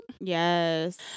Yes